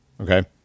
okay